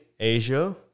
Asia